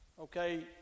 Okay